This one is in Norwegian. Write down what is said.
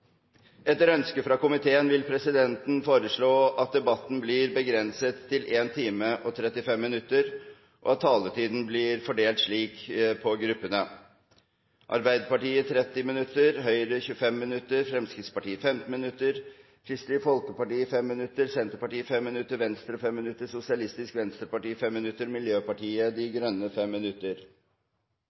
Etter ønske fra arbeids- og sosialkomiteen vil presidenten foreslå at debatten blir begrenset til 1 time og 35 minutter, og at taletiden blir fordelt slik på gruppene: Arbeiderpartiet 30 minutter, Høyre 25 minutter, Fremskrittspartiet 15 minutter, Kristelig Folkeparti 5 minutter, Senterpartiet 5 minutter, Venstre 5 minutter, Sosialistisk Venstreparti 5 minutter, Miljøpartiet De Grønne 5 minutter.